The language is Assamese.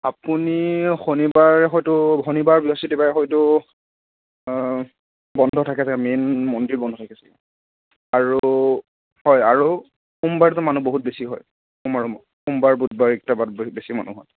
আপুনি শনিবাৰ হয়তো শনিবাৰ বৃহস্পতিবাৰে হয়তো বন্ধ থাকে চাগে মেইন মন্দিৰ বন্ধ থাকে চাগে আৰু হয় আৰু সোমবাৰেতো মানুহ বহুত বেছি হয় সোমবাৰ সোমবাৰ বুধবাৰ এইকেইটা বাৰত বেছি মানুহ হয়